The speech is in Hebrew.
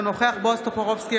אינו נוכח בועז טופורובסקי,